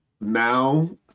now